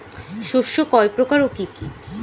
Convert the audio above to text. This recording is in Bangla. শস্য কয় প্রকার কি কি?